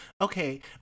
okay